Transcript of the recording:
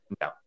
No